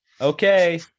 okay